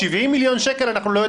70 מיליון שקל אנחנו לא יודעים להסתדר.